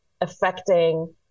affecting